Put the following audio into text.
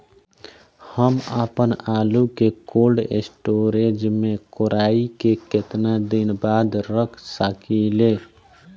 हम आपनआलू के कोल्ड स्टोरेज में कोराई के केतना दिन बाद रख साकिले?